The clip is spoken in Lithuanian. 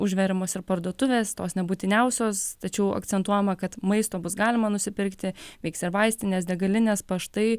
užveriamos ir parduotuvės tos nebūtiniausios tačiau akcentuojama kad maisto bus galima nusipirkti veiks ir vaistinės degalinės paštai